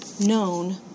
known